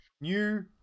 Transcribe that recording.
new